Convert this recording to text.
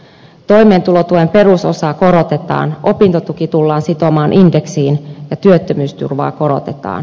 toimeentulotuen perusosaa korotetaan opintotuki tullaan sitomaan indeksiin ja työttömyysturvaa korotetaan